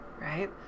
right